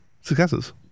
successes